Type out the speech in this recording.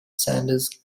sanders